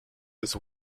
his